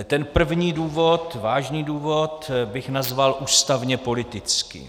Ten první důvod, vážný důvod, bych nazval ústavněpolitický.